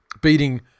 beating